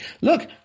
Look